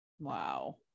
Wow